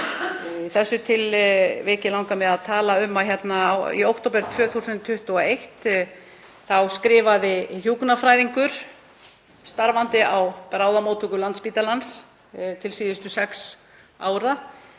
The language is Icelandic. þessu tilviki langar mig að tala um að í október 2021 skrifaði hjúkrunarfræðingur, starfandi á bráðamóttöku Landspítalans til síðustu sex ára,